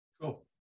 Cool